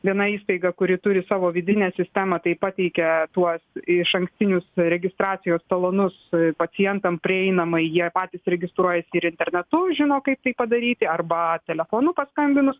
viena įstaiga kuri turi savo vidinę sistemą tai pateikia tuos išankstinius registracijos talonus pacientams prieinamai jie patys registruojasi ir internetu žino kaip tai padaryti arba telefonu paskambinus